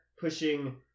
pushing